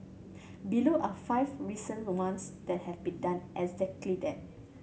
below are five recent ones that have been done exactly that